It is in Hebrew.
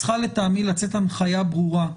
צריכה לטעמי לצאת הנחיה ברורה,